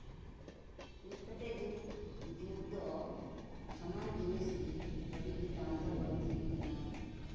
ᱱᱤᱛ ᱠᱟᱛᱮᱫ ᱡᱩᱜᱽ ᱡᱩᱜᱽ ᱫᱚ ᱥᱟᱱᱟᱢ ᱡᱤᱱᱤᱥᱜᱮ ᱟᱹᱰᱤᱜᱮ ᱫᱟᱢ ᱫᱚ ᱵᱟᱹᱲᱛᱤᱭᱟᱠᱟᱱᱟ